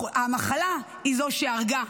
המחלה היא זו שהרגה,